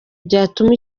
byatuma